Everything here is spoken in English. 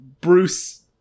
Bruce